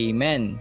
Amen